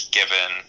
given